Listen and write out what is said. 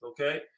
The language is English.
okay